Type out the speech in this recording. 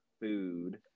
food